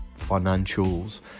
financials